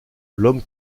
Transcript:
l’homme